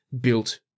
built-